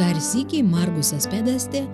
dar sykį margusas pedastė